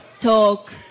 talk